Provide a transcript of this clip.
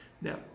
Now